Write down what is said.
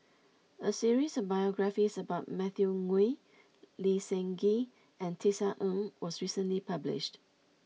a series of biographies about Matthew Ngui Lee Seng Gee and Tisa Ng was recently published